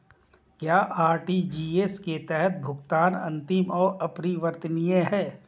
क्या आर.टी.जी.एस के तहत भुगतान अंतिम और अपरिवर्तनीय है?